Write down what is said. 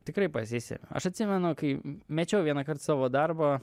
tikrai pasisemiu aš atsimenu kai mečiau vienąkart savo darbą